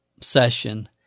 session